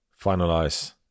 finalize